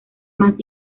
más